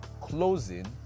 closing